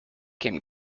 came